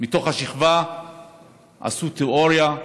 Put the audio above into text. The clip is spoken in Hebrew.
מתוך השכבה עשו תיאוריה,